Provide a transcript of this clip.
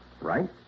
Right